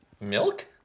Milk